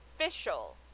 official